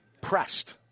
Pressed